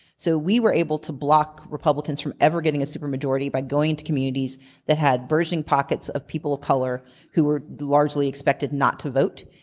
so we were able to block republicans from ever getting a super majority by going to communities that had bursting pockets of people of color who were largely expected not to vote.